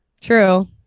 True